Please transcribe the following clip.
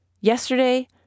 Yesterday